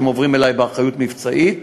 שעוברים אלי לאחריות מבצעית,